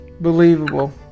believable